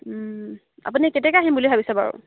আপুনি কেতিয়াকৈ আহিম বুলি ভাবিছে বাৰু